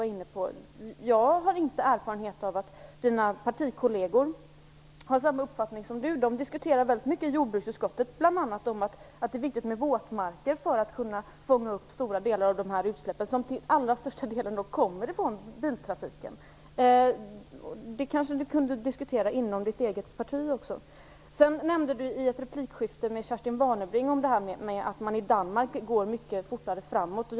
Jag har inte den erfarenheten att Bertil Perssons partikollegor har samma uppfattning som han. De diskuterar väldigt mycket, i bl.a. jordbruksutskottet, om att det är viktigt med våtmarker för att kunna fånga upp stora delar av utsläppen - som till allra största delen kommer från biltrafiken. Det kanske Bertil Persson skulle kunna diskutera inom sitt eget parti. Kerstin Warnerbring detta att man går mycket fortare fram i Danmark.